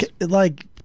Like-